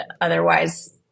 otherwise